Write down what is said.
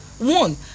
One